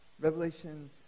Revelation